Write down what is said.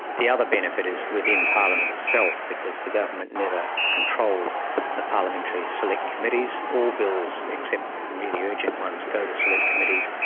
the other benefit is within parliament itself because the government never controls the parliamentary select like committees. all bills, except really urgent ones, go to select committees,